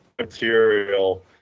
material